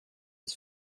was